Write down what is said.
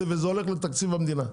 וזה הולך לתקציב המדינה.